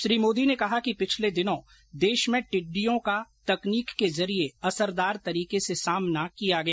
श्री मोदी ने कहा कि पिछले दिनों देश में टिड़ियों का तकनीक के जरिए असरदार तरीके से सामना किया गया